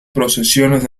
procesiones